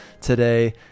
today